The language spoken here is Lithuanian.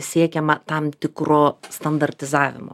siekiama tam tikro standartizavimo